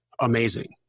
amazing